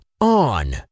On